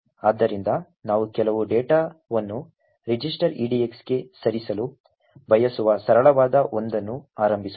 ಆದ್ದರಿಂದ ನಾವು ಕೆಲವು ಡೇಟಾವನ್ನು ರಿಜಿಸ್ಟರ್ edx ಗೆ ಸರಿಸಲು ಬಯಸುವ ಸರಳವಾದ ಒಂದನ್ನು ಆರಂಭಿಸೋಣ